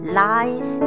lies